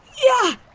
yeah.